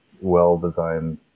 well-designed